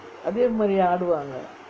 அதே மாரி ஆடுவாங்கே:athae maari aaduvaangae